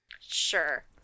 Sure